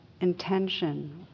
intention